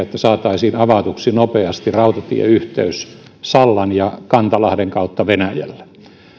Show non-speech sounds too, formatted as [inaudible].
[unintelligible] että saataisiin avatuksi nopeasti rautatieyhteys sallan ja kantalahden kautta venäjälle